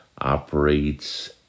operates